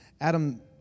Adam